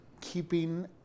keeping